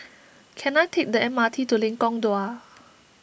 can I take the M R T to Lengkong Dua